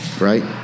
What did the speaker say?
Right